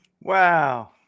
Wow